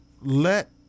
let